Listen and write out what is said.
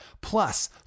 plus